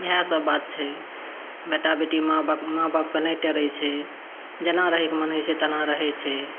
इहए सभ बात छै बेटा बेटी माँ बाप माँ बाप कऽ नहि टेरैत छै जेना रहै कऽ मन होइत छै तेना रहैत छै